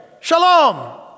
Shalom